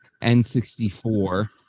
N64